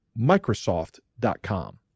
Microsoft.com